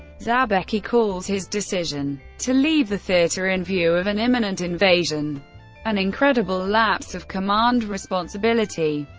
zabecki calls his decision to leave the theatre in view of an imminent invasion an incredible lapse of command responsibility.